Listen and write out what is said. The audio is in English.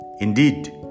Indeed